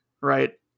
right